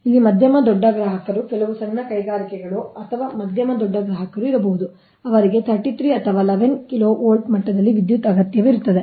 ಇಲ್ಲಿ ಮಧ್ಯಮ ದೊಡ್ಡ ಗ್ರಾಹಕರು ಕೆಲವು ಸಣ್ಣ ಕೈಗಾರಿಕೆಗಳು ಅಥವಾ ಮಧ್ಯಮ ದೊಡ್ಡ ಗ್ರಾಹಕರು ಇರಬಹುದು ಅವರಿಗೆ 33 ಅಥವಾ 11 kV ಮಟ್ಟದಲ್ಲಿ ವಿದ್ಯುತ್ ಅಗತ್ಯವಿರುತ್ತದೆ